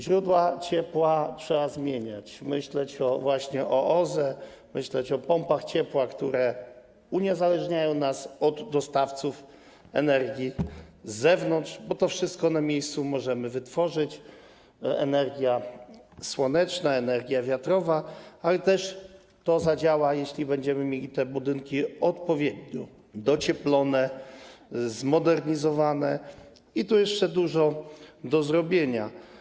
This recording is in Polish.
Źródła ciepła trzeba zmieniać, myśleć właśnie o OZE, myśleć o pompach ciepła, które uniezależniają nas od dostawców energii z zewnątrz, bo to wszystko na miejscu możemy wytworzyć: energię słoneczną, energię wiatrową, ale też to zadziała, jeżeli będziemy mieli te budynki odpowiednio docieplone, zmodernizowane, i tu jeszcze dużo do zrobienia.